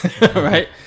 right